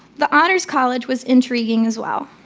the honors college was intriguing as well.